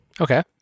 okay